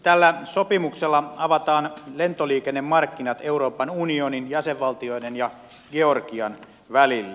tällä sopimuksella avataan lentoliikennemarkkinat euroopan unionin jäsenvaltioiden ja georgian välillä